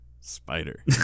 Spider